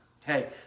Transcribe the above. hey